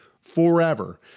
forever